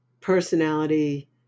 personality